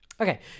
Okay